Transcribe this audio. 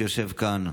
שיושב כאן,